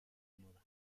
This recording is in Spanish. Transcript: moda